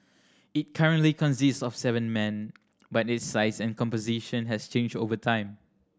it currently consists of seven men but its size and composition has changed over time